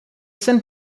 send